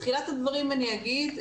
בתחילת הדברים אני אגיד,